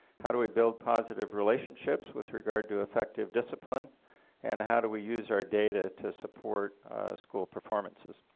how do we build positive relationships with regard to effective discipline and how do we use our data to support school performances?